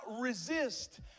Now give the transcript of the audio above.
resist